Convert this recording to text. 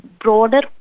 broader